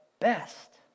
best